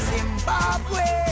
Zimbabwe